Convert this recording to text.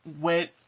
went